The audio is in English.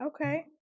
okay